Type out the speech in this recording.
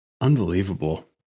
Unbelievable